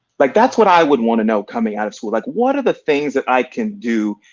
like that's what i would wanna know coming out of school. like, what are the things that i can do.